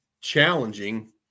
challenging